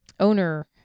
owner